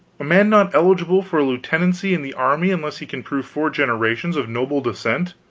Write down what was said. a man not eligible for a lieutenancy in the army unless he can prove four generations of noble descent?